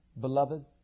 Beloved